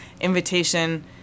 invitation